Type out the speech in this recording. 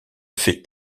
fait